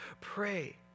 Pray